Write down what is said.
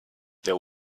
there